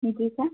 جی سر